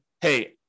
hey